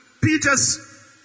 Peter's